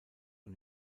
und